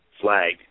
flag